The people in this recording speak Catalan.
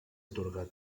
atorgat